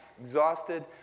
Exhausted